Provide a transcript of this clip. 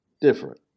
different